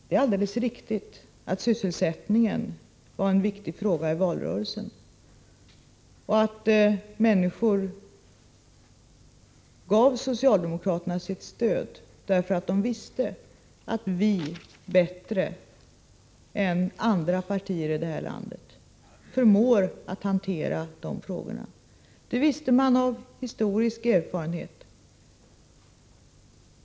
Det är alldeles riktigt att sysselsättningen var en viktig fråga i valrörelsen och att människor gav socialdemokraterna sitt stöd därför att de visste att vi bättre än andra partier i det här landet förmår att hantera den frågan, Det visste människorna av historisk erfarenhet.